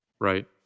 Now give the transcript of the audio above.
Right